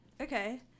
okay